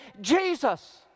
Jesus